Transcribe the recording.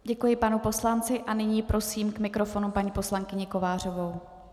Děkuji panu poslanci a nyní prosím k mikrofonu paní poslankyni Kovářovou.